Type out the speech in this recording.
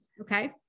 Okay